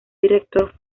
director